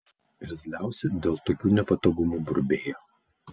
irzliausi dėl tokių nepatogumų burbėjo